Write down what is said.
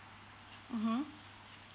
mmhmm